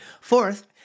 Fourth